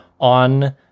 on